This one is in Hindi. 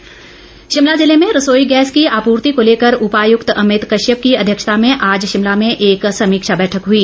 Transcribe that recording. गैस आपूर्ति शिमला जिले में रसोई गैस की आपूर्ति को लेकर उपायुक्त अमित कश्यप की अध्यक्षता में आज शिमला में एक समीक्षा बैठक हई